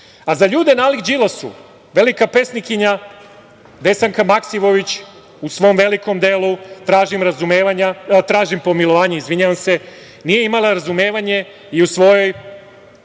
ljude nalik Đilasu velika pesnikinja Desanka Maksimović u svom velikom delu „Tražim pomolovanje“ nije imala razumevanje i u svojoj